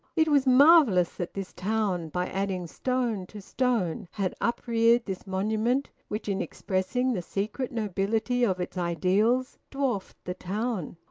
it was marvellous that this town, by adding stone to stone, had upreared this monument which, in expressing the secret nobility of its ideals, dwarfed the town.